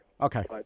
Okay